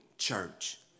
church